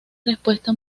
respuesta